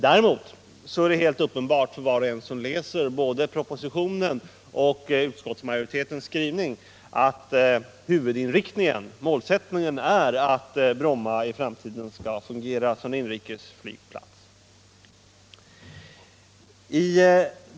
Däremot är det helt uppenbart för var och en som läser både propositionen och utskottsmajoritetens skrivning att målsättningen är att Bromma i framtiden skall fungera som inrikesflygplats.